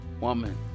woman